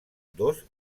dos